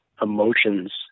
emotions